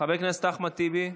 חבר הכנסת אחמד טיבי,